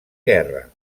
guerra